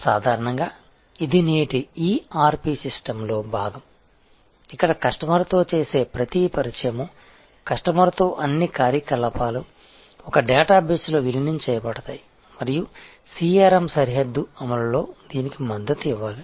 సాధారణంగా ఇది నేటి ERP సిస్టమ్లో భాగం ఇక్కడ కస్టమర్తో చేసే ప్రతి పరిచయమూ కస్టమర్తో అన్ని కార్యకలాపాలు ఒకే డేటాబేస్లో విలీనం చేయబడతాయి మరియు CRM సరిహద్దు అమలులో దీనికి మద్దతు ఇవ్వాలి